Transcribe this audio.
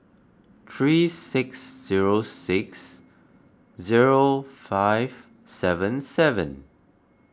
three six zero six zero five seven seven